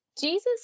Jesus